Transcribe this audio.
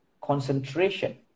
concentration